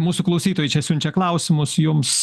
mūsų klausytojai čia siunčia klausimus jums